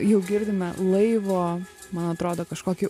jau girdime laivo man atrodo kažkokį